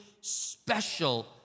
special